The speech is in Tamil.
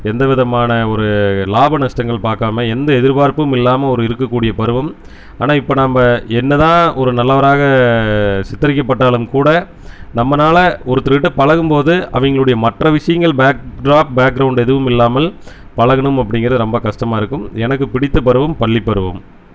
எந்த விதமான ஒரு லாப நஷ்டங்கள் பார்க்காமல் எந்த எதிர்பார்ப்பும் இல்லாமல் ஒரு இருக்க கூடியப் பருவம் ஆனால் இப்போ நாம் என்ன தான் ஒரு நல்லவராக சித்தரிக்கப்பட்டாலும் கூட நம்மளால் ஒருத்தர் கிட்ட பழகும் போது அவங்களுடைய மற்ற விஷயங்கள் பேக் ட்ராப் பேக் க்ரௌண்டு எதுவும் இல்லாமல் பழகணும் அப்படிங்கிற ரொம்ப கஷ்டமாக இருக்கும் எனக்கு பிடித்த பருவம் பள்ளி பருவம்